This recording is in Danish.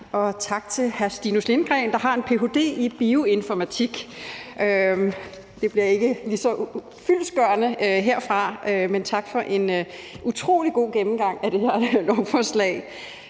og tak til hr. Stinus Lindgreen, der har en ph.d. i bioinformatik. Det bliver ikke lige så fyldestgørende herfra, men tak for en utrolig god gennemgang af det her lovforslag.